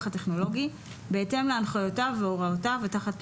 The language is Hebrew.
הטכנולוגי בהתאם להנחיותיו והוראותיו ותחת פיקוחו,